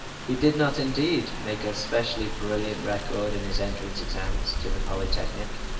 he did not, indeed, make a specially brilliant record in his entrance examinations to the polytechnique